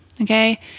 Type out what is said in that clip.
Okay